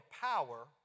power